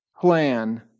plan